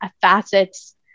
facets